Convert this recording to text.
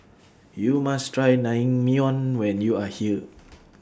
YOU must Try Naengmyeon when YOU Are here